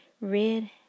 Red